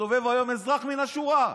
מסתובב היום, אזרח מן השורה,